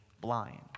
blind